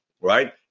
right